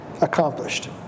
accomplished